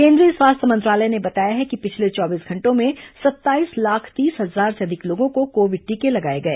केंद्रीय स्वास्थ्य मंत्रालय ने बताया है कि पिछले चौबीस घंटों में सत्ताईस लाख तीस हजार से अधिक लोगों को कोविड टीके लगाए गए